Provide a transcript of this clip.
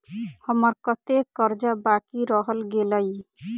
हम्मर कत्तेक कर्जा बाकी रहल गेलइ?